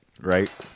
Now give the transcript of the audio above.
right